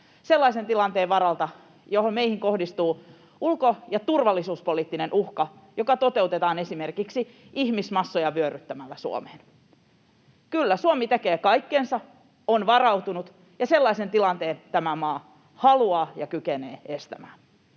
sellaisen tilanteen varalta, jossa meihin kohdistuu ulko- ja turvallisuuspoliittinen uhka, joka toteutetaan esimerkiksi ihmismassoja vyöryttämällä Suomeen: kyllä, Suomi tekee kaikkensa, on varautunut, ja sellaisen tilanteen tämä maa haluaa estää ja kykenee estämään.